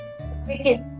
Okay